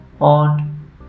on